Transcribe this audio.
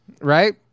right